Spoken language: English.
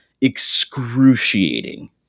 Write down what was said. excruciating